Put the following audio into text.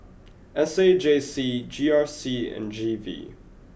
S A J C G R C and G V